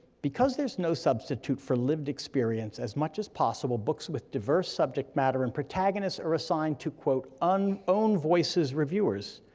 because there's no substitute for lived experience, as much as possible, books with diverse subject matter and protagonists are assigned to quote, un-own voices reviewers,